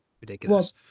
ridiculous